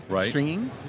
stringing